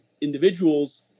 individuals